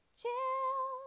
chill